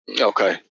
okay